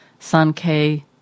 Sankei